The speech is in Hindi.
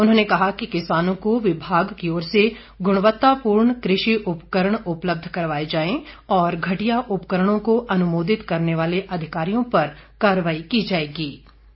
उन्होंने कहा कि किसानों को विभाग की ओर से गुणवत्ता पूर्ण कृषि उपकरण उपलब्ध करवाएं जाएं और घटिया उपकरणों को अनुमोदित करने वाले अधिकारियों पर कार्रवाई की जाएंगी